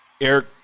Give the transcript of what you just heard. Eric